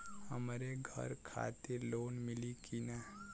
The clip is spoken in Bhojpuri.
हमरे घर खातिर लोन मिली की ना?